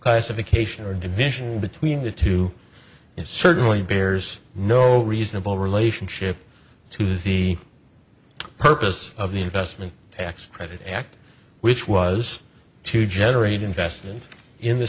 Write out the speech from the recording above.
classification or division between the two it certainly bears no reasonable relationship to the the purpose of the investment tax credit act which was to generate investment in the